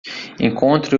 encontre